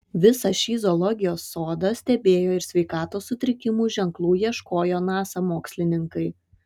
visą šį zoologijos sodą stebėjo ir sveikatos sutrikimų ženklų ieškojo nasa mokslininkai